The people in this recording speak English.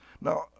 Now